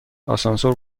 آسانسور